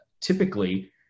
typically